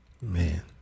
Man